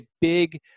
big